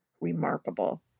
remarkable